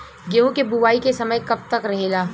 गेहूँ के बुवाई के समय कब तक रहेला?